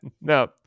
No